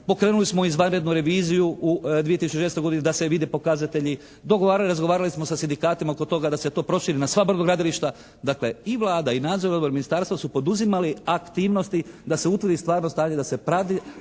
Pokrenuli smo izvanrednu reviziju u 2006. godini da se vide pokazatelji. Dogovarali, razgovarali smo sa sindikatima oko toga da se to proširi na sva brodogradilišta. Dakle, i Vlada i nadzorni odbor i ministarstvo su poduzimali aktivnosti da se utvrdi stvarno stanje, da se prate